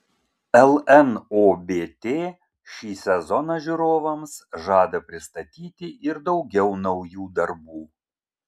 lnobt šį sezoną žiūrovams žada pristatyti ir daugiau naujų darbų